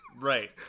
Right